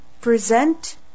present